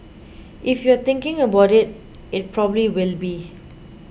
if you're thinking about it it probably will be